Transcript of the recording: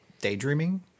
daydreaming